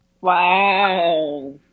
Wow